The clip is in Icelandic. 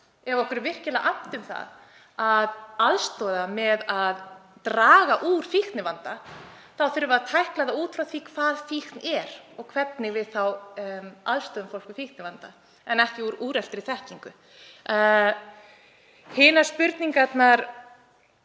Ef okkur er virkilega annt um að aðstoða við að draga úr fíknivanda þurfum við að tækla það út frá því hvað fíkn er og hvernig við aðstoðum fólk með fíknivanda en ekki út frá úreltri þekkingu. Hinar spurningarnar: